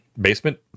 basement